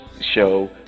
show